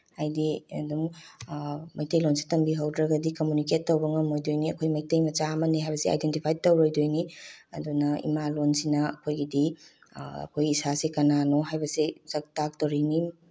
ꯍꯥꯏꯗꯤ ꯑꯗꯨꯝ ꯃꯩꯇꯩꯂꯣꯟꯁꯦ ꯇꯝꯕꯤꯍꯧꯗ꯭ꯔꯒꯗꯤ ꯀꯝꯃꯨꯅꯤꯀꯦꯠ ꯉꯝꯃꯣꯏꯗꯣꯏꯅꯤ ꯑꯩꯈꯣꯏ ꯃꯩꯇꯩ ꯃꯆꯥ ꯑꯃꯅꯤ ꯍꯥꯏꯕꯁꯦ ꯑꯥꯏꯗꯦꯟꯇꯤꯐꯥꯏ ꯇꯧꯔꯣꯏꯗꯣꯏꯅꯤ ꯑꯗꯨꯅ ꯏꯃꯥ ꯂꯣꯟꯁꯤꯅ ꯑꯩꯈꯣꯏꯒꯤꯗꯤ ꯑꯩꯈꯣꯏ ꯏꯁꯥꯁꯦ ꯀꯅꯥꯅꯣ ꯍꯥꯏꯕꯁꯤ ꯁꯛ ꯇꯥꯛꯇꯧꯔꯤꯅꯤ